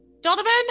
Donovan